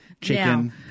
chicken